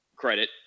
credit